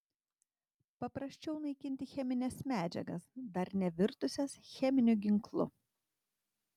paprasčiau naikinti chemines medžiagas dar nevirtusias cheminiu ginklu